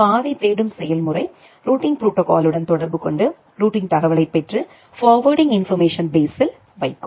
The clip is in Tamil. பாதை தேடும் செயல்முறை ரூட்டிங் ப்ரோடோகாலுடன் தொடர்பு கொண்டு ரூட்டிங் தகவலைப் பெற்று ஃபார்வேர்டிங் இன்போர்மேஷன் பேஸ்ஸில் வைக்கும்